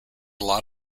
lot